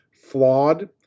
flawed